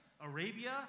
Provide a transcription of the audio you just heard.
Arabia